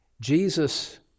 Jesus